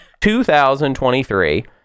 2023